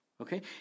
Okay